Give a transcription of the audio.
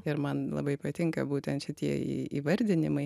ir man labai patinka būtent šitie į įvardinimai